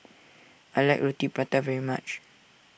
I like Roti Prata very much